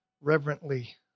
reverently